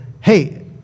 hey